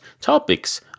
topics